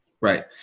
Right